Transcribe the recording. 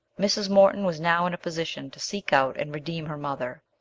mrs. morton was now in a position to seek out and redeem her mother,